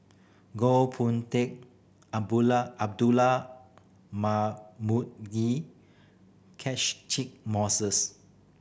Goh Boon Teck Abdullah Marmugi Moses